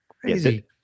crazy